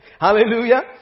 Hallelujah